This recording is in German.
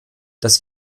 das